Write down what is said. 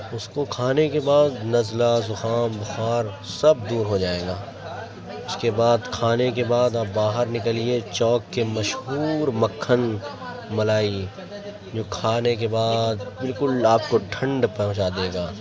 اس کو کھانے کے بعد نزلہ زکام بخار سب دور ہو جائے گا اس کے بعد کھانے کے بعد آپ باہر نکلیے چوک کے مشہور مکھن ملائی جو کھانے کے بعد بالکل آپ کو ٹھنڈ پہنچا دے گا